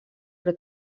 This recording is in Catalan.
però